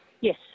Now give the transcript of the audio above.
yes